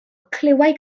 clywai